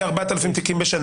כ-4,000 תיקים בשנה.